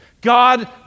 God